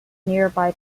nearby